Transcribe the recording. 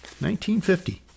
1950